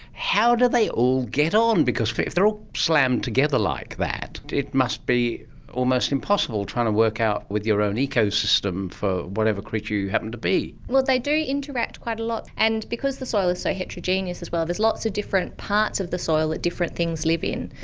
how do they all get on, because if they are all slammed together like that, it must be almost impossible trying to work out with your own ecosystem for whatever creature you happen to be. well, they do interact quite a lot, and because the soil is so heterogeneous as well, there's lots of different parts of the soil that different things live in,